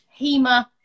HEMA